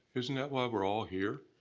isn't that why we're all here?